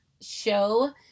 show